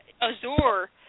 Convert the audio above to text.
Azure